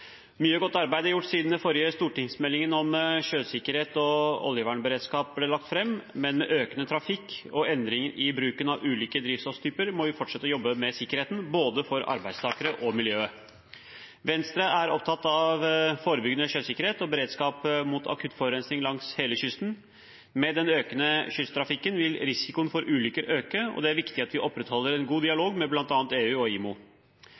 Mye godt arbeid er gjort siden den forrige stortingsmeldingen om sjøsikkerhet og oljevernberedskap ble lagt fram, men med økende trafikk og endring i bruken av ulike drivstofftyper må vi fortsette å jobbe med sikkerheten for både arbeidstakerne og miljøet. Venstre er opptatt av forebyggende sjøsikkerhet og beredskap mot akutt forurensing langs hele kysten. Med den økende kysttrafikken vil risikoen for ulykker øke, og det er viktig at vi opprettholder en god dialog med bl.a. EU og FNs sjøfartsorganisasjon, IMO.